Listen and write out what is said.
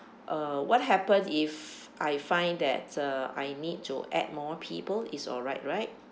uh what happens if I find that uh I need to add more people it's alright right